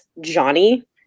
Johnny